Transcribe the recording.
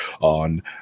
On